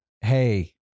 Hey